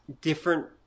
different